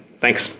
Thanks